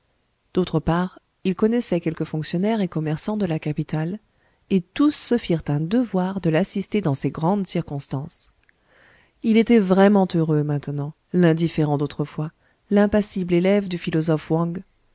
d'autre part il connaissait quelques fonctionnaires et commerçants de la capitale et tous se firent un devoir de l'assister dans ces grandes circonstances il était vraiment heureux maintenant l'indifférent d'autrefois l'impassible élève du philosophe wang